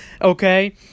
okay